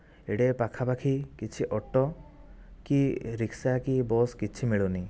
ଏଇଠି ଏ ପାଖାପାଖି କିଛି ଅଟୋ କି ରିକ୍ସା କି ବସ କିଛି ମିଳୁନି